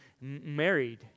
married